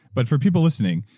but for people listening,